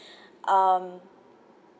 um